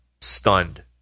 stunned